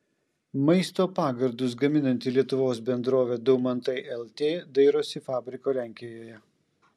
maisto pagardus gaminanti lietuvos bendrovė daumantai lt dairosi fabriko lenkijoje